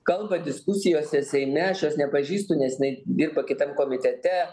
kalba diskusijose seime aš jos nepažįstu nes jinai dirba kitam komitete